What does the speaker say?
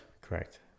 Correct